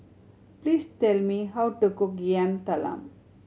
please tell me how to cook Yam Talam